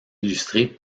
illustrée